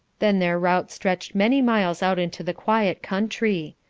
then their route stretched many miles out into the quiet country.